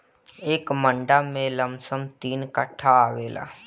एक मंडा में लमसम तीन कट्ठा आवेला